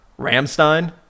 ramstein